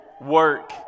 work